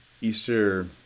Easter